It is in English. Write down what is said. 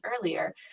earlier